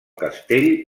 castell